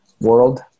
world